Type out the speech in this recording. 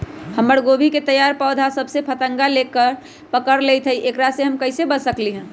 हमर गोभी के तैयार पौधा सब में फतंगा पकड़ लेई थई एकरा से हम कईसे बच सकली है?